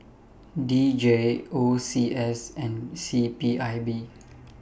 D J O C S and C P I B